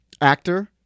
Actor